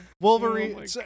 wolverine